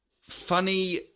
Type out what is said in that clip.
funny